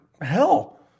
hell